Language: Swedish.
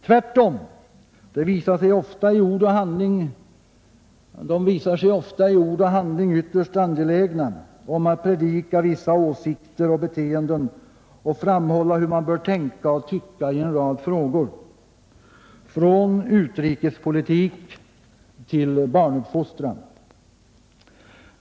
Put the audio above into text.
Tvärtom visar de sig ofta i ord och handling ytterst angelägna om att predika vissa åsikter och beteenden och framhålla hur man bör tänka och tycka i en rad frågor från utrikespolitik till barnuppfostran.